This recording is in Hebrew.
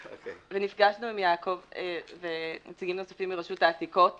ונפגשנו עם יעקב ונציגים נוספים מרשות העתיקות בעניין.